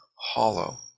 hollow